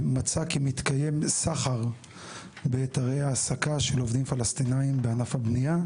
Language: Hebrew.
שמצא כי מתקיים סחר בהיתרי ההעסקה של עובדים פלסטינים בענף הבנייה,